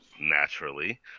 naturally